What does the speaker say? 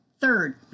Third